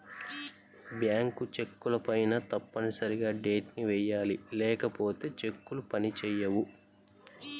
bank చెక్కులపైన తప్పనిసరిగా date ని వెయ్యాలి లేకపోతే చెక్కులు పని చేయవు